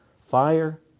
Fire